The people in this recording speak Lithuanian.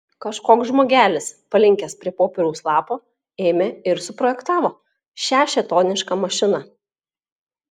kažkoks žmogelis palinkęs prie popieriaus lapo ėmė ir suprojektavo šią šėtonišką mašiną